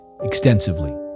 extensively